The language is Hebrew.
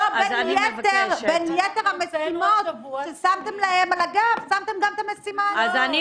לא בין יתר המשימות ששמתם להם על הגב שמתם גם את המשימה הזאת.